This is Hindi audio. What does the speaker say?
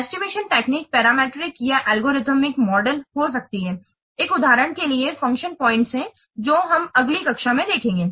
एस्टिमेशन टेक्निक्स पैरामीट्रिक या एल्गोरिथ्म मॉडल हो सकती है एक उदाहरण के लिए फ़ंक्शन पॉइंट्स है जो हम अगली कक्षा में देखेंगे